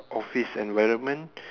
office environment